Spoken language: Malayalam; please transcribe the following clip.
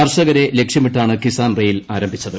കർഷകരെ ലക്ഷ്യമിട്ടാണ് കിസാൻ റെയിൽ ആരംഭിച്ചത്